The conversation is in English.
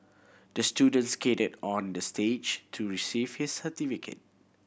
the student skated on the stage to receive his certificate